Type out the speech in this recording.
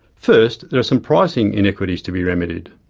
first there are some pricing inequities to be remedied.